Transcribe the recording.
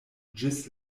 ĝis